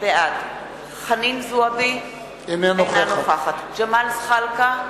בעד חנין זועבי, אינה נוכחת ג'מאל זחאלקה,